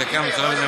שהעתקה מצורף בזה,